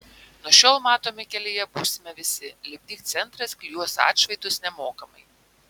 nuo šiol matomi kelyje būsime visi lipdyk centras klijuos atšvaitus nemokamai